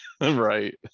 right